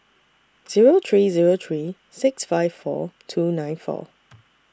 Zero three Zero three six five four two nine four